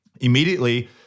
immediately